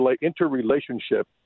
interrelationship